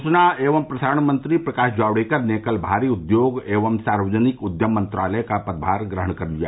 सूचना एवं प्रसारण मंत्री प्रकाश जावड़ेकर ने कल भारी उद्योग एवं सार्वजनिक उद्यम मंत्रालय का पदभार ग्रहण कर लिया